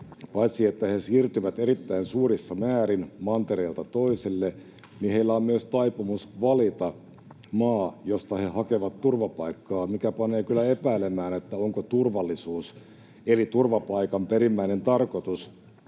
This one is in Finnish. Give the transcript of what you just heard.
paitsi että ihmiset siirtyvät erittäin suurissa määrin mantereelta toiselle, heillä on myös taipumus valita maa, josta he hakevat turvapaikkaa, mikä panee kyllä epäilemään, onko turvallisuus — eli turvapaikan perimmäinen tarkoitus